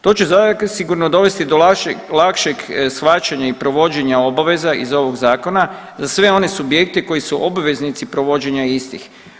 To će zasigurno dovesti do lakšeg shvaćanja i provođenja obaveza iz ovog zakona za sve one subjekte koji su obveznici provođenja istih.